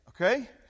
okay